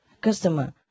Customer